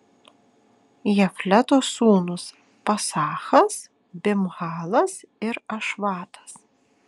jafleto sūnūs pasachas bimhalas ir ašvatas